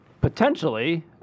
potentially